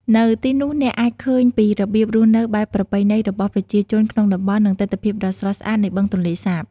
នៅទីនោះ អ្នកអាចឃើញពីរបៀបរស់នៅបែបប្រពៃណីរបស់ប្រជាជនក្នុងតំបន់ និងទិដ្ឋភាពដ៏ស្រស់ស្អាតនៃបឹងទន្លេសាប។